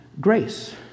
grace